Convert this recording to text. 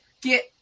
get